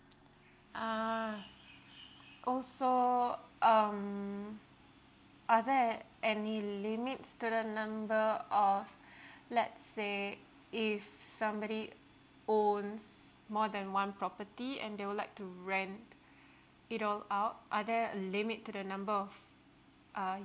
ah also um are there any limits to the number or let's say if somebody owns more than one property and they would like to rent it all out are there a limit to the number of uh